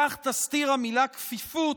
כך תסתיר המילה "כפיפות"